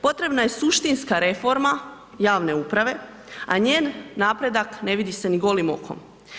Potrebna je suštinska reforma javne uprave, a njen napredak ne vidi se ni golim okom.